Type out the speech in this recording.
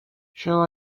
shall